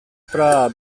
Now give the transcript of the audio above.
para